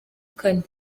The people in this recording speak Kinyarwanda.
kane